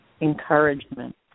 encouragement